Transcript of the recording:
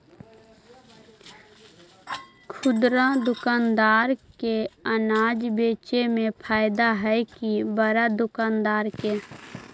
खुदरा दुकानदार के अनाज बेचे में फायदा हैं कि बड़ा दुकानदार के?